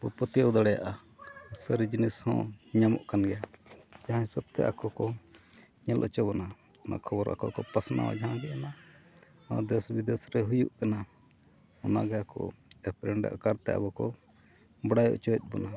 ᱵᱚᱱ ᱯᱟᱹᱛᱭᱟᱹᱣ ᱫᱟᱲᱮᱭᱟᱜᱼᱟ ᱥᱟᱹᱨᱤ ᱡᱤᱱᱤᱥ ᱦᱚᱸ ᱧᱟᱢᱚᱜ ᱠᱟᱱ ᱜᱮᱭᱟ ᱡᱟᱦᱟᱸ ᱦᱤᱥᱟᱹᱵᱽ ᱛᱮ ᱟᱠᱚᱠᱚ ᱧᱮᱞ ᱦᱚᱪᱚ ᱵᱚᱱᱟ ᱚᱱᱟ ᱠᱷᱚᱵᱚᱨ ᱟᱠᱚ ᱠᱚ ᱯᱟᱥᱱᱟᱣᱟ ᱡᱟᱦᱟᱸ ᱡᱮ ᱚᱱᱟ ᱱᱚᱣᱟ ᱫᱮᱥ ᱵᱤᱫᱮᱥᱨᱮ ᱦᱩᱭᱩᱜ ᱠᱟᱱᱟ ᱚᱱᱟᱜᱮ ᱟᱠᱚ ᱮᱯᱮᱨᱼᱦᱮᱸᱰᱮᱡ ᱟᱠᱟᱨ ᱛᱮ ᱟᱵᱚ ᱠᱚ ᱵᱟᱰᱟᱭ ᱚᱪᱚᱭᱮᱫ ᱵᱚᱱᱟ